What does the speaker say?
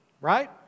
Right